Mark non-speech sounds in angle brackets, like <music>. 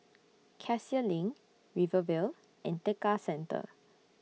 <noise> Cassia LINK Rivervale and Tekka Centre